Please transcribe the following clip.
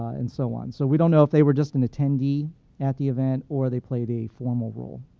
and so on. so we don't know if they were just an attendee at the event, or they played a formal role.